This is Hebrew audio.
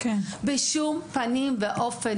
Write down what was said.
בשום פנים ואופן